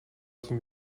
tím